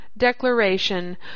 declaration